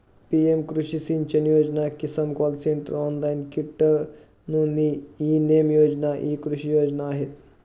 PM कृषी सिंचन योजना, किसान कॉल सेंटर, ऑनलाइन कीट नोंदणी, ई नेम योजना इ कृषी योजना आहेत